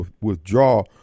withdraw